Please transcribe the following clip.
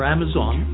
Amazon